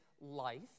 life